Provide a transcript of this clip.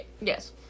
yes